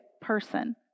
person